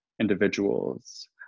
individuals